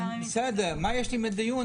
בסדר, בדיון.